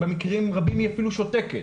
במקרים רבים היא אפילו שותקת.